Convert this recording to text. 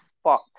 spot